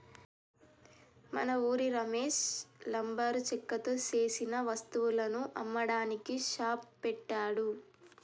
మన ఉరి రమేష్ లంబరు చెక్కతో సేసిన వస్తువులను అమ్మడానికి షాప్ పెట్టాడు